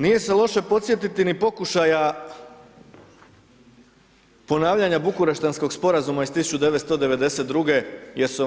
Nije se loše podsjetiti ni pokušaja ponavljanja Bukureštanskog sporazuma iz 1992. jer su